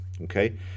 okay